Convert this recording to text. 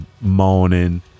moaning